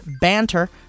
banter